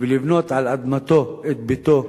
ולבנות על אדמתו את ביתו,